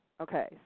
okay